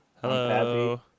Hello